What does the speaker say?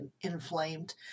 inflamed